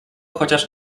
chociaż